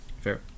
Fair